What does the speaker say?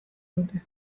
dute